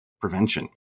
prevention